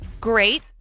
Great